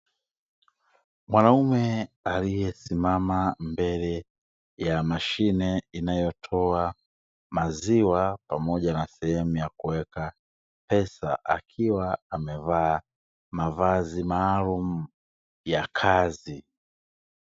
Mwamaume aliyesimama mbele ya mashine inayotoa maziwa pamoja na sehemu ya kuweka pesa, akiwa amevaa mavazi maalum ya kazi.